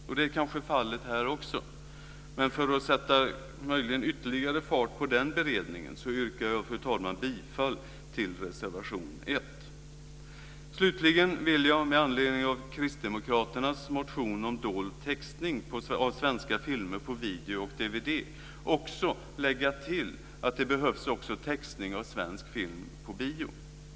Och det är kanske fallet här också. Men för att möjligen sätta ytterligare fart på den beredningen yrkar jag, fru talman, bifall till reservation 1. Slutligen vill jag med anledning av kristdemokraternas motion om dold textning av svenska filmer på video och DVD också lägga till att det även behövs textning av svensk film på bio.